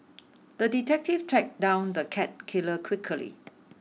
the detective tracked down the cat killer quickly